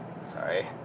sorry